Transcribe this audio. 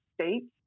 state